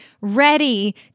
ready